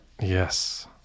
Yes